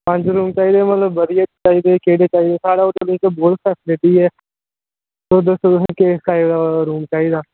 पंज रूम चाहिदे मतलब बधिया चाहिदे केह्ड़े चाहिदे साढ़े होटल बिच्च बोह्त सस्ते बी ऐ तुस दस्सो तुसेंगी किस टाइप दा रूम चाहिदा